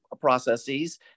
processes